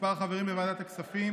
ומספר החברים בוועדת הכספים